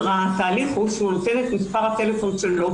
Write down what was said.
התהליך הוא שנפגע העבירה נותן את מספר הטלפון שלו